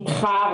כבר ניתחה,